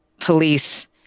police